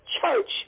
church